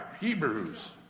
Hebrews